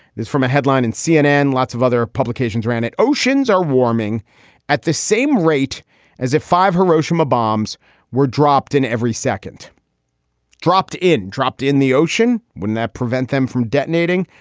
this from a headline in cnn. lots of other publications ran it. oceans are warming at the same rate as if five hiroshima bombs were dropped in. every second dropped in, dropped in the ocean. wouldn't that prevent them from detonating?